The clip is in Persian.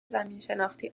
زمینشناختی